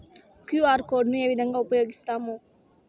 QR code ను ఏ విధంగా ఉపయగిస్తాము?